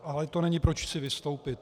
Ale to není proč chci vystoupit.